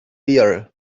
here